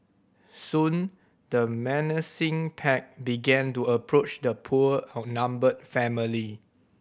soon the menacing pack began to approach the poor outnumbered family